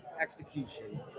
execution